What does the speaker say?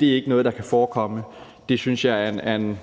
ikke er noget, der kan forekomme, synes jeg er en